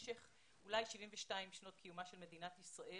משך אולי 72 שנות קיומה של מדינת ישראל,